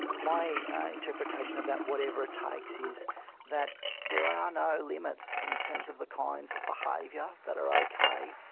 my interpretation of that, whatever it takes, is that there are no limits in terms of the kinds of behaviour that are okay,